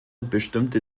bestimmte